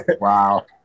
wow